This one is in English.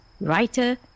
writer